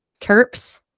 terps